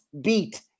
beat